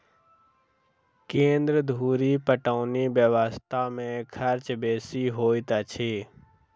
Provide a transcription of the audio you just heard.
केन्द्र धुरि पटौनी व्यवस्था मे खर्च बेसी होइत अछि